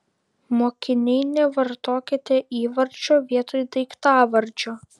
mokiniai nevartokite įvardžio vietoj daiktavardžio